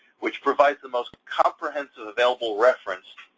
which provides the most comprehensive available reference